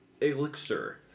elixir